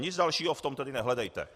Nic dalšího v tom tedy nehledejte.